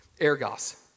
ergos